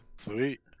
sweet